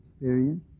experience